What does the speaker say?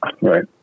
Right